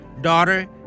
Daughter